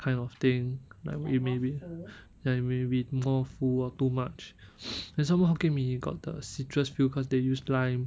kind of thing like it may be ya it may be more full or too much then somemore hokkien mee got the citrus feel because they used lime